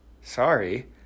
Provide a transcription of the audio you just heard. sorry